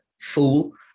fool